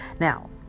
Now